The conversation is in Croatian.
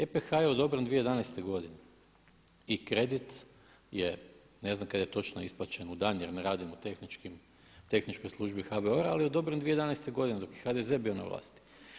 EPH je odobren 2011. godine i kredit, ne znam kada je točno isplaćen u dan jer ne radim u tehničkoj službi HBOR-a, ali odobren je 2011. godine dok je HDZ bio na vlasti.